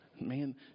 Man